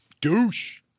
Douche